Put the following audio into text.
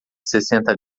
sessenta